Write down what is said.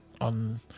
on